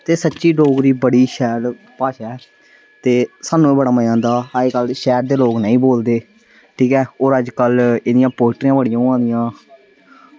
ते सच्ची डोगरी बड़ी शैल भाशा ऐ ते सानूं ते बड़ा मजा आंदा अजकल्ल शैह्र दे लोग नेईं बोलदे ठीक ऐ और अजकल्ल एह्दियां पोयट्रियां बड़ियां होआ दियां